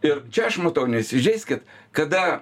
ir čia aš matau neįsižeiskit kada